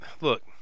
look